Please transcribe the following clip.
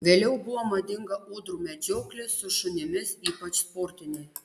vėliau buvo madinga ūdrų medžioklė su šunimis ypač sportinė